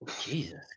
Jesus